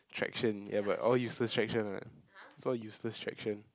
traction ya but all useless traction what it's all useless traction